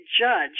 judge